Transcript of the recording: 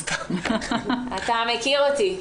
אתה מכיר אותי,